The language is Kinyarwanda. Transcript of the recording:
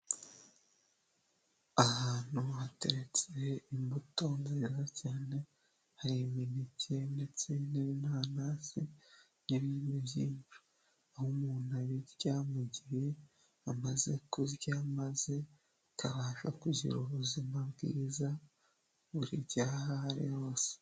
Ahantu hateretse imbuto nziza cyane hari imineke ndetse n'inanasi nibindi byinshi aho umuntu abirya mu gihe amaze kurya maze akabasha kugira ubuzima bwiza burihe aho ari hose.